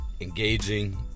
engaging